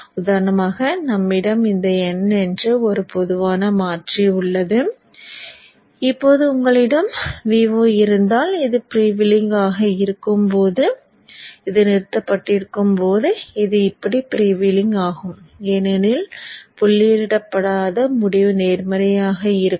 உதாரணமாக நம்மிடம் இந்த N என்ற ஒரு பொதுவான மாறி உள்ளது இப்போது உங்களிடம் Vo இருந்தால் இது ஃப்ரீவீலிங்காக இருக்கும் போது இது நிறுத்தப்பட்டிருக்கும் போது இது இப்படி ஃப்ரீவீலிங் ஆகும் ஏனெனில் புள்ளியிடப்படாத முடிவு நேர்மறையாக இருக்கும்